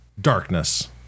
Darkness